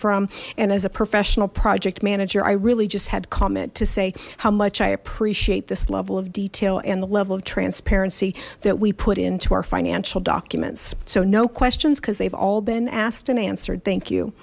from and as a professional project manager i really just had comment to say how much i appreciate this level of detail and the level of transparency that we put in to our financial documents so no questions because they've all been asked and answered thank you